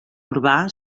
urbà